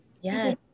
Yes